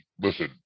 listen